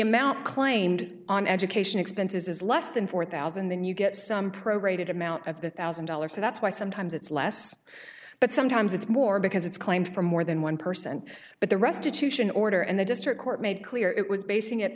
amount claimed on education expenses is less than four thousand then you get some pro grade amount of the thousand dollars so that's why sometimes it's less but sometimes it's more because it's claimed for more than one per cent but the restitution order and the district court made clear it was basing it